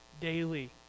daily